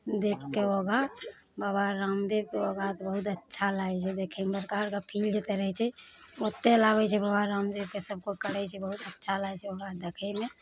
देख कऽ योगा बाबा रामदेवके योगा तऽ बहुत अच्छा लागै छै देखैमे बड़का बड़का फील्ड जते रहै छै ओते लागै छै बाबा रामदेवके सबकोइ करै छै बहुत अच्छा लागै छै योगा देखैमे